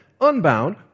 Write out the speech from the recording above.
unbound